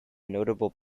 notable